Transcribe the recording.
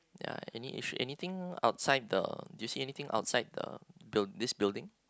ya any issue anything outside the do you see anything outside the buil~ this building